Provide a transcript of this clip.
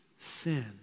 sin